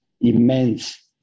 immense